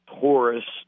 tourists